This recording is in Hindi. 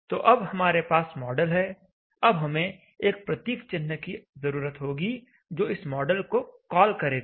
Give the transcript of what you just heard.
तो अब हमारे पास मॉडल है अब हमें एक प्रतीक चिन्ह की जरूरत होगी जो इस मॉडल को कॉल करेगा